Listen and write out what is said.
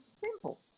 simple